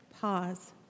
pause